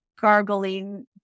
gargling